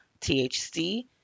THC